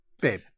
babe